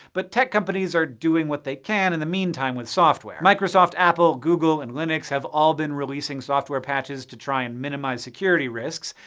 but tech companies are doing what they can in the meantime with software. microsoft, apple, google, and linux have all been releasing software patches to try and minimize security risks.